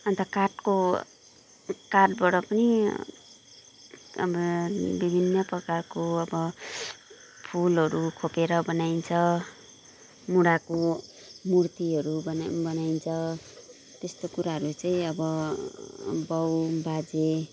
अन्त काठको काठबाट पनि अब विभिन्न प्रकारको अब फुलहरू खोपेर बनाइन्छ मुढाको मूर्तिहरू बनाइन्छ त्यस्तो कुराहरू चाहिँ अब बाउ बाजे